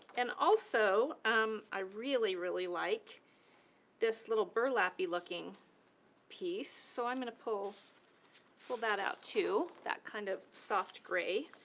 and also um i really, really like this little burlap-y looking piece. so i'm gonna pull pull that out too, that kind of soft grey.